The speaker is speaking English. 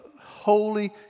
holy